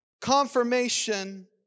confirmation